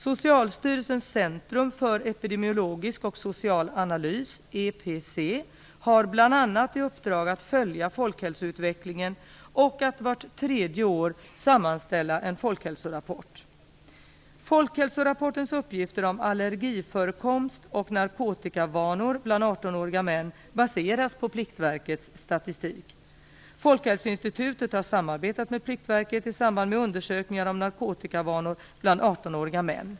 Socialstyrelsens centrum för epidemiologisk och social analys, EpC, har bl.a. i uppdrag att följa folkhälsoutvecklingen och att vart tredje år sammanställa en folkhälsorapport. Pliktverkets statistik. Folkhälsoinstitutet har samarbetat med Pliktverket i samband med undersökningar om narkotikavanor bland 18-åriga män.